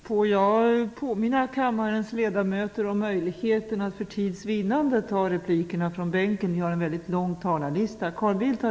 Jag vill påminna kammarens ledamöter om möjligheten att för tids vinnande framföra replikerna från bänken. Vi har en mycket lång talarlista.